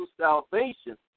salvation